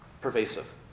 Pervasive